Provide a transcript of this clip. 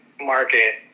market